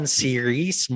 series